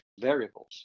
variables